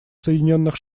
соединенных